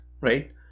right